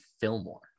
Fillmore